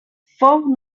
fou